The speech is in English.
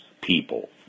people